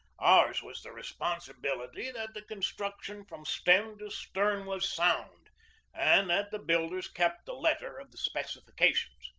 ours was the responsibility that the construction from stem to stern was sound and that the builders kept the letter of the specifications.